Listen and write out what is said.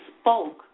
spoke